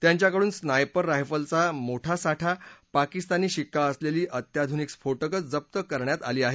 त्यांच्याकडून स्नायपर रायफलचा मोठा साठा पाकिस्तानी शिक्का असलेली अत्याधुनिक स्फोटकं जप्त करण्यात आली आहेत